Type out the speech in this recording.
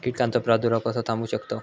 कीटकांचो प्रादुर्भाव कसो थांबवू शकतव?